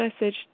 message